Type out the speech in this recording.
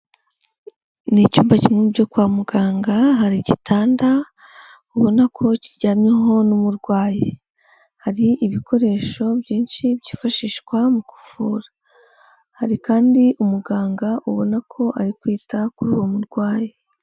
Ni icyumba kimwe mu byo kwa muganga, hari igitanda ubona ko kiryamyeho n'umurwayi. Hari ibikoresho byinshi byifashishwa mu kuvura, hari kandi umuganga ubona ko ari kwita kuri uwo murwayi.